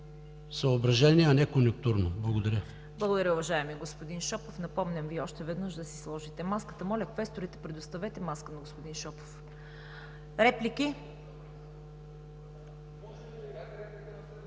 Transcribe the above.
съображения, а не конюнктурно. Благодаря. ПРЕДСЕДАТЕЛ ЦВЕТА КАРАЯНЧЕВА: Благодаря, уважаеми господин Шопов. Напомням Ви още веднъж да си сложите маската. Моля, квесторите, предоставете маска на господин Шопов. Реплики?